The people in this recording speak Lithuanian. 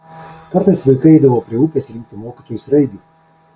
kartais vaikai eidavo prie upės rinkti mokytojui sraigių